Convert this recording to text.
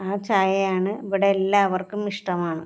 ആ ചായയാണ് ഇവിടെ എല്ലാവർക്കും ഇഷ്ടമാണ്